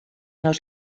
los